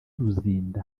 luzinda